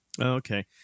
Okay